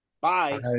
Bye